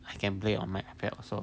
I can play on my ipad also